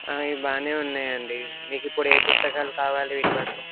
ఇవి బాగా ఉన్నాయండి మీకు ఇప్పుడు ఏ పుస్తకాలు కావాలి వీటి బదులు